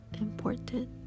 important